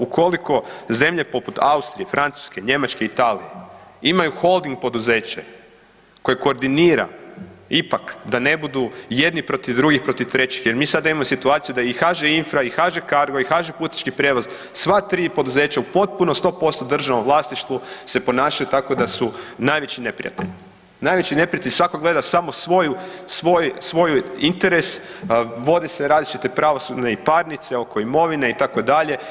Ukoliko zemlje poput Austrije, Francuske, Njemačke, Italije imaju holding poduzeće koje koordinira ipak da ne budu jedni protiv drugih protiv trećih jer mi sada imamo situaciju da i HŽ-Infra i HŽ-Cargo i HŽ-Putnički prijevoz, sva tri poduzeća u potpuno 100% državnom vlasništvu se ponašaju tako da su najveći neprijatelji, najveći neprijatelji, svako gleda samo svoju, svoj, svoj interes, vode se različite pravosudne i parnice oko imovine itd.